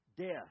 death